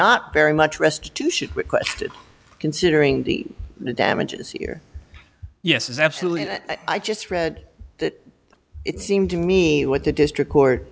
not very much restitution requested considering the damages here yes absolutely and i just read that it seemed to me what the district court